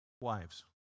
wives